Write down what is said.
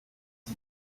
you